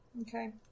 Okay